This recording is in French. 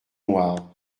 noirs